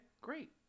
great